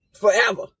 forever